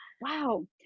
wow